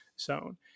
zone